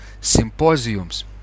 symposiums